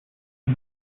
and